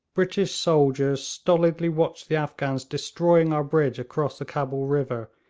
british soldiers stolidly watched the afghans destroying our bridge across the cabul river,